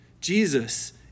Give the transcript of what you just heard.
Jesus